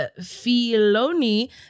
Filoni